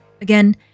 Again